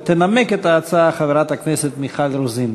ותנמק את ההצעה חברת הכנסת מיכל רוזין.